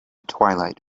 twilight